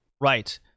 Right